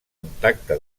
contacte